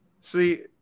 See